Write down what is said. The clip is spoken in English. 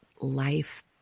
life